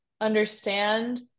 understand